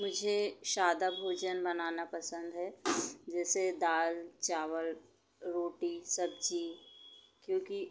मुझे सादा भोजन बनाना पसंद है जैसे दाल चावल रोटी सब्जी क्योंकि